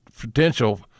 potential